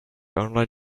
online